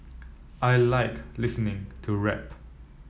I like listening to rap